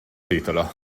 titolo